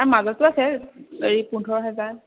মাজতো আছে এই পোন্ধৰ হেজাৰ